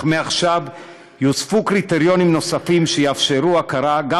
אך מעכשיו יוספו קריטריונים שיאפשרו הכרה גם